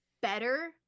better